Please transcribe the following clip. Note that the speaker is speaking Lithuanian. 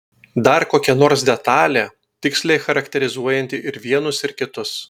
dar kokia nors detalė tiksliai charakterizuojanti ir vienus ir kitus